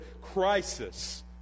crisis